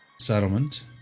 settlement